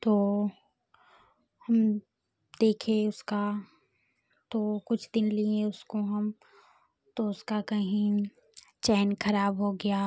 तो हम देखे उसका तो कुछ दिन लिए उसको हम तो उसका कहीं चेन खराब हो गया